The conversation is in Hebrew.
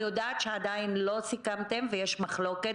אני יודעת שעדיין לא סיכמתם ויש מחלוקת.